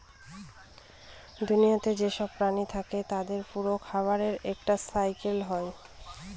দুনিয়াতে যেসব প্রাণী থাকে তাদের পুরো খাবারের একটা সাইকেল হয়